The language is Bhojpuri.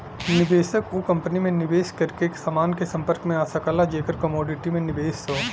निवेशक उ कंपनी में निवेश करके समान के संपर्क में आ सकला जेकर कमोडिटी में निवेश हौ